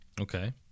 okay